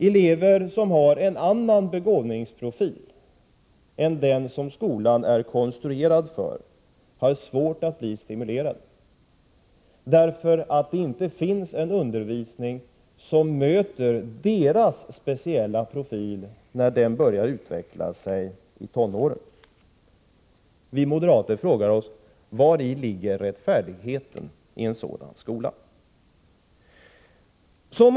Elever som har en annan begåvningsprofil än den som skolan är konstruerad för har svårt att utvecklas, därför att det inte finns en undervisning som möter deras speciella profil när den börjar spira i tonåren. Vi moderater frågar oss: Vari ligger rättfärdigheten i en sådan skola? Fru talman!